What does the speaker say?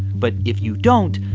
but if you don't,